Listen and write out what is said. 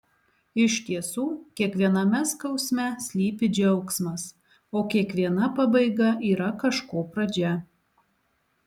iš tiesų kiekviename skausme slypi džiaugsmas o kiekviena pabaiga yra kažko pradžia